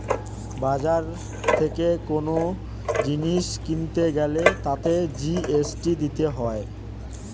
বাজার থেকে কোন জিনিস কিনতে গ্যালে তাতে জি.এস.টি দিতে হয়